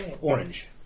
orange